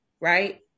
right